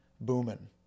booming